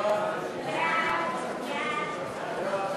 סעיפים 1